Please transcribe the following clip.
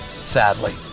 sadly